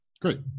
Great